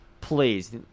please